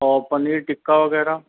उहो पनीर टिक्का वग़ैरह